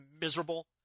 miserable